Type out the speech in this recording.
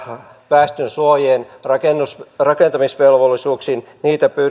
väestönsuojien rakentamisvelvollisuuksiin niitä